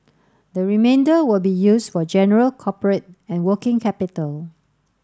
the remainder will be used for general corporate and working capital